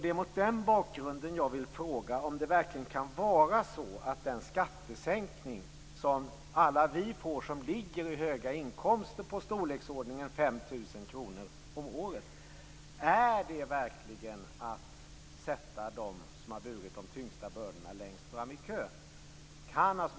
Det är mot den bakgrunden jag vill fråga om det verkligen kan vara så att den skattesänkning, som alla vi får som ligger i höga inkomstlägen, på i storleksordningen 5 000 kronor om året verkligen är att sätta dem som har burit de tyngsta bördorna längst fram i kön?